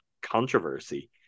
controversy